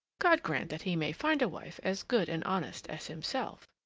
god grant that he may find a wife as good and honest as himself!